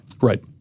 Right